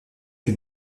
les